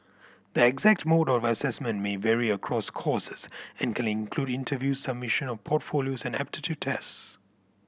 the exact mode of assessment may vary across courses and can include interviews submission of portfolios and aptitude test